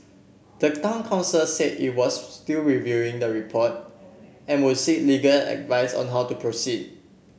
the town council said it was still reviewing the report and would seek legal advice on how to proceed